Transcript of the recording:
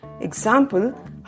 Example